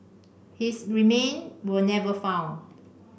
his remain were never found